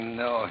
no